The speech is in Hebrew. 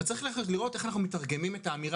וצריך לראות איך אנחנו מתרגמים את האמירה